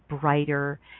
brighter